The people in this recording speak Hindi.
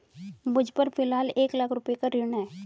मुझपर फ़िलहाल एक लाख रुपये का ऋण है